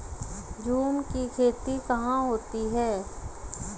झूम की खेती कहाँ होती है?